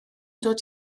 dod